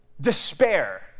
despair